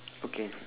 okay